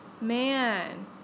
Man